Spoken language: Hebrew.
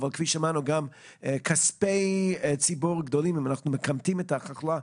כפי ששמענו גם כספי ציבור גדולים אם אנחנו מכמתים את התחלואה,